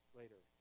later